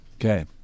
Okay